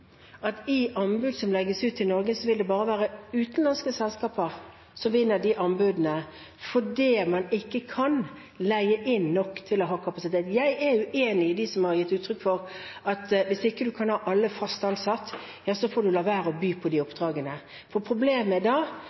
at det i anbud som legges ut i Norge, bare vil være utenlandske selskaper som vinner anbudene, fordi man ikke kan leie inn nok til å ha kapasitet. Jeg er uenig med dem som har gitt uttrykk for at hvis man ikke kan ha alle fast ansatt, må man la være å by på disse oppdragene. Problemet er at da